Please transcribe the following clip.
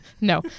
No